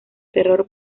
terror